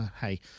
hey